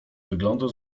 wyglądał